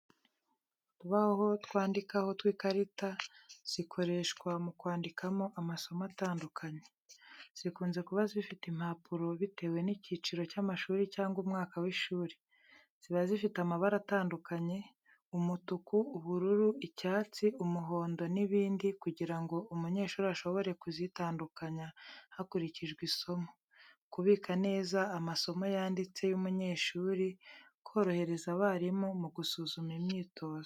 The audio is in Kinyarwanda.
Utubaho twandikaho tw'ikarita zikoreshwa mu kwandikamo amasomo atandukanye. Zikunze kuba zifite impapuro bitewe n’icyiciro cy’amashuri cyangwa umwaka w’ishuri. Ziba zifite amabara atandukanye: umutuku, ubururu, icyatsi, umuhondo, n’ibindi, kugira ngo umunyeshuri ashobore kuzitandukanya hakurikijwe isomo, kubika neza amasomo yanditse y’umunyeshuri, korohereza abarimu mu gusuzuma imyitozo.